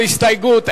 כל הסתייגות.